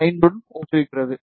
5 உடன் ஒத்திருக்கிறது